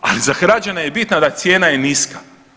Ali za građane je bitno da cijena je niska.